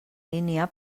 línia